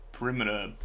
perimeter